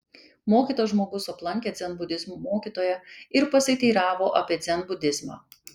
mokytas žmogus aplankė dzenbudizmo mokytoją ir pasiteiravo apie dzenbudizmą